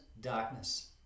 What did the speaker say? darkness